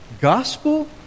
gospel